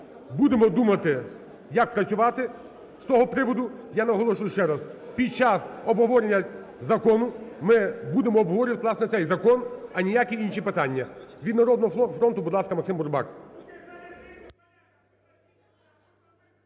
Будемо думати, як працювати з того приводу. Я наголошую ще раз, під час обговорення закону, ми будемо обговорювати, власне, цей закон, а ніякі інші питання. Від "Народного фронту", будь ласка, Максим Бурбак.